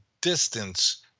distance